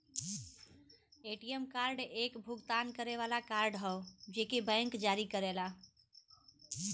ATM card एक भुगतान करे वाला कार्ड हौ जेके बैंक जारी करेला